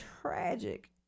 tragic